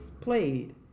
played